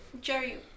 Jerry